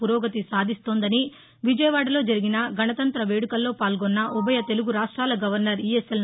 పురోగతి సాధిస్తోందని విజయవాడలో జరిగిన గణతంఁత వేడుకల్లో పాల్గొన్న ఉభయ రాష్ట్రాల గవర్నర్ ఇఎస్ఎల్